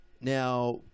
Now